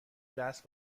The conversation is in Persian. دست